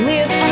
Live